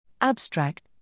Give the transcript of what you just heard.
Abstract